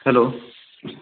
hello